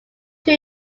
too